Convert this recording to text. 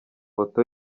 mafoto